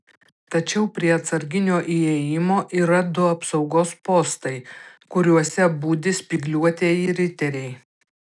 tačiau prie atsarginio įėjimo yra du apsaugos postai kuriuose budi spygliuotieji riteriai